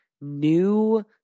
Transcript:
new